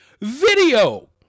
video